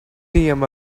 not